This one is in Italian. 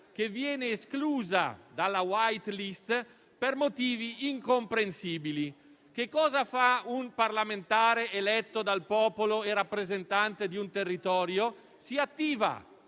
era stata esclusa dalla *white list* per motivi incomprensibili. Che cosa fa un parlamentare eletto dal popolo e rappresentante di un territorio? Si attiva